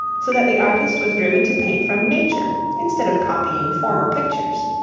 so that the artist was driven to paint from nature instead of copying former pictures.